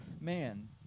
man